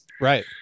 Right